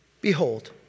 Behold